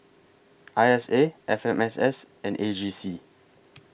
I S A F M S S and A G C